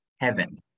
heaven